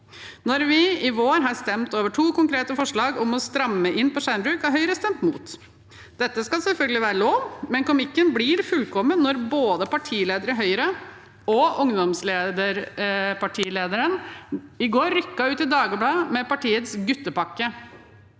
Når vi i vår har stemt over to konkrete forslag om å stramme inn på skjermbruk, har Høyre stemt imot. Dette skal selvfølgelig være lov, men komikken blir fullkommen når både partilederen i Høyre og lederen i ungdomspartiet i går rykket ut i Dagbladet med partiets «guttepakke».